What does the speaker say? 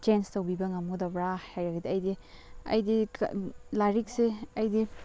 chance ꯇꯧꯕꯤꯕ ꯉꯝꯒꯗꯕ꯭ꯔꯥ ꯍꯥꯏꯔꯒꯗꯤ ꯑꯩꯗꯤ ꯑꯩꯗꯤ ꯂꯥꯏꯔꯤꯛꯁꯦ ꯑꯩꯗꯤ